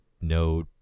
no